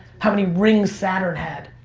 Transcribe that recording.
how many rings saturn had.